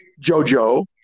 JoJo